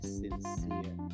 sincere